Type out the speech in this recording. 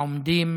העומדים